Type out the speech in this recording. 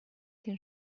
den